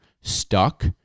stuck